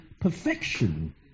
perfection